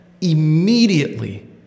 immediately